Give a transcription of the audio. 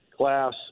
class